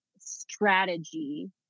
strategy